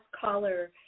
caller